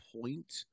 point